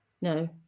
no